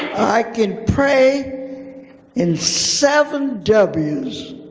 i could pray in seven w's